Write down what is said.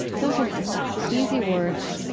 those are easy words,